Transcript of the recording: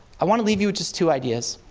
i want to leave you with just two ideas.